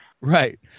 Right